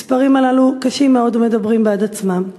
המספרים הללו קשים מאוד ומדברים בעד עצמם.